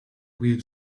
with